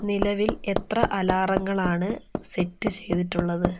നിലവിൽ എത്ര അലാറങ്ങളാണ് സെറ്റ് ചെയ്തിട്ടുള്ളത്